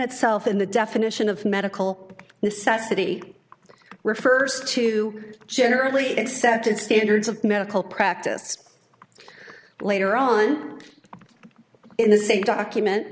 itself in the definition of medical necessity refers to generally accepted standards of medical practice later on in the same document